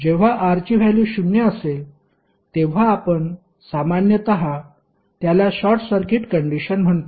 जेव्हा R ची value शून्य असेल तेव्हा आपण सामान्यत त्याला शॉर्ट सर्किट कंडिशन म्हणतो